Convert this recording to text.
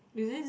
is it